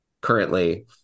currently